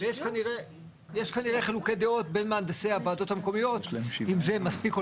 ויש כנראה חילוקי דעות בין מהנדסי הועדות המקומיות אם זה מספיק או